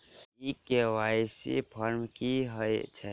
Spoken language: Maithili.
ई के.वाई.सी फॉर्म की हएत छै?